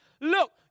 Look